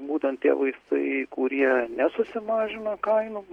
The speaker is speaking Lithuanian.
būtent tie vaistai kurie nesusimažino kainų